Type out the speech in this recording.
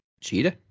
Cheetah